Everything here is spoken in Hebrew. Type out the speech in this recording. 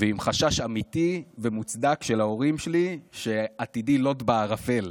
ועם חשש אמיתי ומוצדק של ההורים שלי שעתידי לוט בערפל.